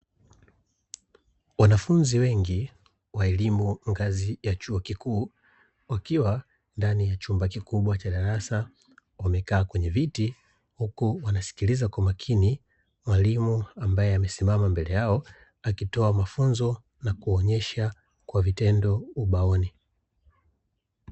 Wanafunzi wengi wa elimu ngazi ya chuo kikuu, wakiwa ndani ya chumba kikubwa cha darasa wamekaa kwenye viti, huku wanasikiliza kwa makini mwalimu ambaye amesimama mbele yao akitoa mafunzo na kuonyesha kwa vitendo ubaoni.